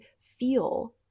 feel